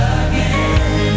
again